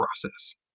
process